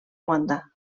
aguantar